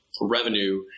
revenue